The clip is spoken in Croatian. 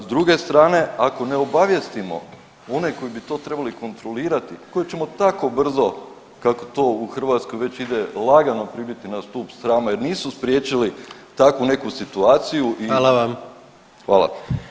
S druge strane ako ne obavijestimo one koji bi to trebali kontrolirati, koje ćemo tako brzo kako to u Hrvatskoj već ide lagano pribiti na stup srama jer nisu spriječili takvu neku situaciju [[Upadica predsjednik: Hvala vam.]] Hvala.